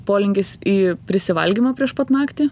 polinkis į prisivalgymą prieš pat naktį